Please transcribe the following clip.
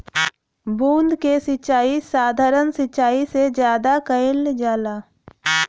बूंद क सिचाई साधारण सिचाई से ज्यादा कईल जाला